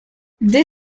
dés